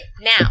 now